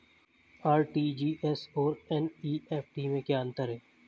RTGS और NEFT में क्या अंतर है?